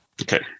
Okay